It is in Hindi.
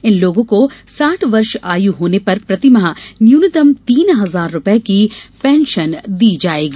इन लोगों को साठ वर्ष आयु होने पर प्रतिमाह न्यूनतम तीन हजार रुपये की पेंशन दी जाएगी